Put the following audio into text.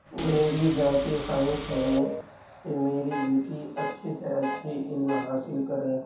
میری ذاتی خواہش ہے کہ میری بیٹی اچھی سے اچھی علم حاصل کرے